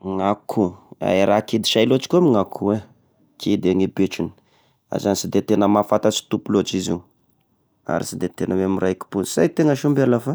Gn'akoho! ra kidy say lôtry koa moa gn'akoho e, kidy gne betrony! Ohatrany sy de sy mahafantatry tompo lôtry izy ary sy de miraiki-po, sy hay tena sy omby ala fa